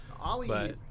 ollie